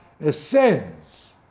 ascends